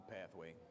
pathway